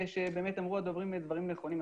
הדוברים אמרו דברים נכונים,